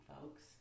folks